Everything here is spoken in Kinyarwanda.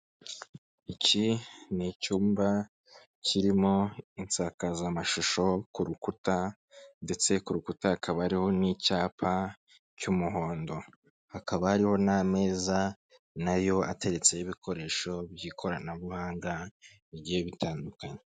Iki ni icyumba kirimo insakazamashusho ku rukuta ndetse ku rukuta hakaba hariho n'icyapa cy'umuhondo, hakaba hariho n'ameza na yo ateretseho ibikoresho by'ikoranabuhanga bigiye bitandukanye.